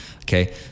Okay